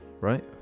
right